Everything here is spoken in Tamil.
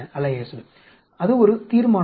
அது ஒரு தீர்மானம்